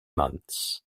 months